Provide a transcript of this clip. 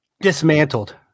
dismantled